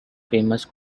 famous